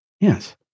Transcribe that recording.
yes